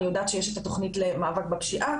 אני יודעת שיש את התוכנית למאבק בפשיעה,